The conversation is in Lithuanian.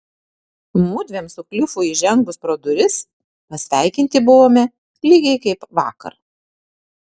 mudviem su klifu įžengus pro duris pasveikinti buvome lygiai kaip vakar